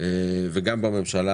וגם שרים בממשלה